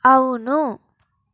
అవును